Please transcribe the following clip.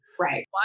Right